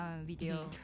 video